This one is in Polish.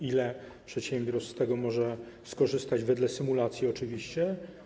Ile przedsiębiorstw z tego może skorzystać, wedle symulacji oczywiście?